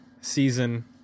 season